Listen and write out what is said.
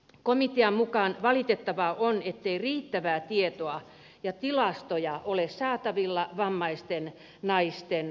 komitean mukaan valitettavaa on ettei riittävää tietoa ja tilastoja ole saatavilla vammaisten naisten asemasta